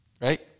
Right